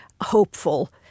hopeful